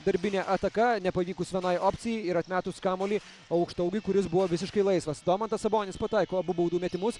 darbinė ataka nepavykus vienai opcijai ir atmetus kamuolį aukštaūgiui kuris buvo visiškai laisvas domantas sabonis pataiko abu baudų metimus